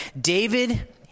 David